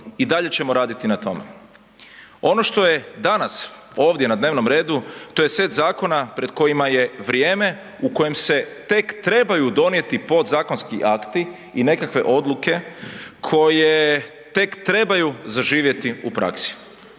i dalje ćemo raditi na tome. Ono što je danas ovdje na dnevnom redu, to je set zakona pred kojima je vrijeme u kojem se tek trebaju donijeti podzakonski akti i nekakve odluke koje tek trebaju zaživjeti u praksi,